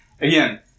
again